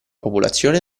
popolazione